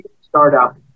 startup